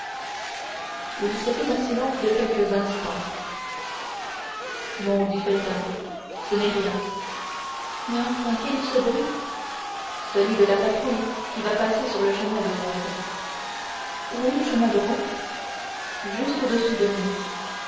il se fit un silence de quelques instants non dit felton ce n'est rien mais enfin quel est ce bruit celui de la patrouille qui va passer sur le chemin de ronde où est le chemin de ronde juste au-dessous de nous